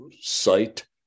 sight